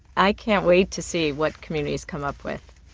i can't wait to see what communities come up with.